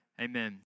amen